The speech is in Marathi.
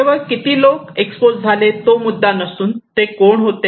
केवळ किती लोक एक्सपोज झाले तो मुद्दा नसून ते कोण होते